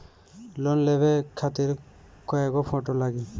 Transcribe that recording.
Loan लेवे खातिर कै गो फोटो लागी?